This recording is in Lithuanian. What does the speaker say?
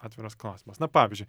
atviras klausimas na pavyzdžiui